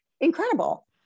incredible